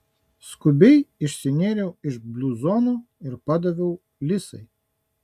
skubiai išsinėriau iš bluzono ir padaviau lisai